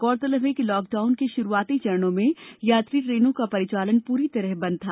गौरतलब है कि लॉकडाउन के शुरुआती चरणों में यात्री ट्रेनों का परिचालन पूरी तरह बंद था